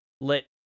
let